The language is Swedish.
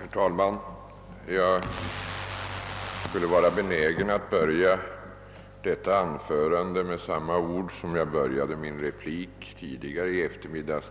Herr talman! Jag var närmast benägen att börja detta anförande på samma sätt som jag började min replik till fröken Ljungberg tidigare i eftermiddag,